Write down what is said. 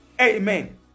Amen